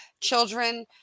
children